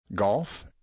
Golf